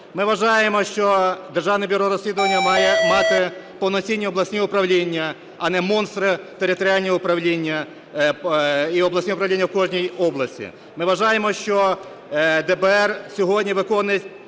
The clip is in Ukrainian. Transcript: має мати повноцінні обласні управління, а не монстри – територіальні управління, і обласні управління в кожній області. Ми вважаємо, що ДБР сьогодні виконує